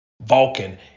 Vulcan